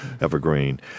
evergreen